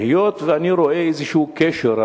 והיות שאני רואה איזשהו קשר,